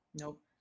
nope